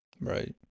Right